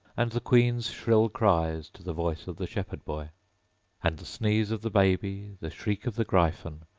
and the queen's shrill cries to the voice of the shepherd boy and the sneeze of the baby, the shriek of the gryphon,